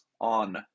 on